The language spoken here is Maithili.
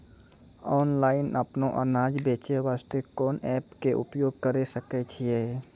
ऑनलाइन अपनो अनाज बेचे वास्ते कोंन एप्प के उपयोग करें सकय छियै?